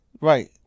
Right